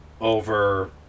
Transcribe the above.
over